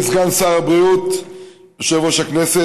הרווחה והבריאות נתקבלה.